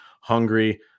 hungry